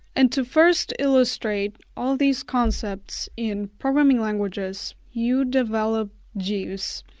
and to first illustrate all these concepts in programming languages, you develop jeeves.